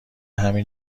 همین